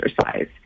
exercise